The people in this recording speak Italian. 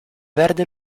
verde